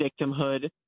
victimhood